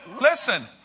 listen